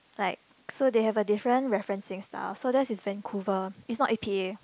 like so they have a different referencing style so their's is Vancouver it's not E_P_A